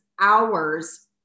hours